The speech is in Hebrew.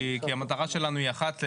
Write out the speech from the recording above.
כי המטרה שלנו היא אחת,